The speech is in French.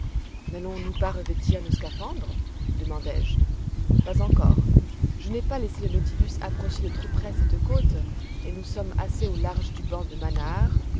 nallons nous pas revêtir nos scaphandres demandai-je pas encore je n'ai pas laissé le nautilus approcher de trop près cette côte et nous sommes assez au large du banc de manaar